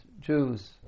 Jews